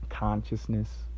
consciousness